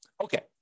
Okay